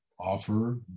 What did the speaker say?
offer